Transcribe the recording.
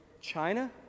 China